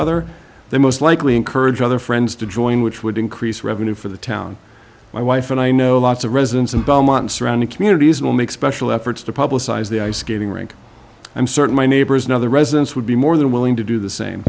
other they most likely encourage other friends to join which would increase revenue for the town my wife and i know lots of residents in belmont surrounding communities will make special efforts to publicize the ice skating rink i'm certain my neighbors and other residents would be more than willing to do the same